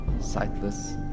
sightless